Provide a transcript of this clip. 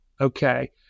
okay